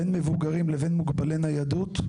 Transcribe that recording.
בין מבוגרים ובין מוגבלי ניידות,